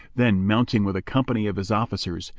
then, mounting with a company of his officers,